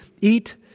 Eat